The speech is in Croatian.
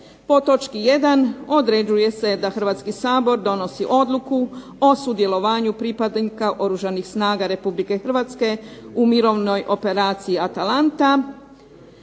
Po točki jedan određuje se da Hrvatski sabor donosi odluku o sudjelovanju pripadnika Oružanih snaga Republike Hrvatske u mirovnoj operaciji "ATALANTA".